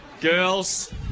Girls